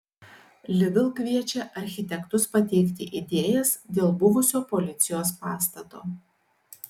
lidl kviečia architektus teikti idėjas dėl buvusio policijos pastato